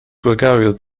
gregarious